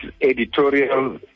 editorial